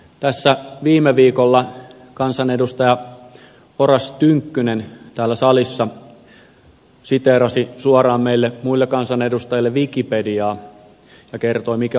tässä viime viikolla kansanedustaja oras tynkkynen täällä salissa siteerasi suoraan meille muille kansanedustajille wikipediaa ja kertoi mikä on harakiri